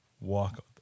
walk